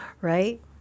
right